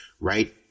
right